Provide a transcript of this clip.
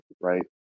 right